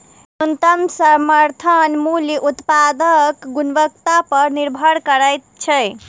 न्यूनतम समर्थन मूल्य उत्पादक गुणवत्ता पर निभर करैत छै